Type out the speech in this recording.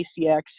ACX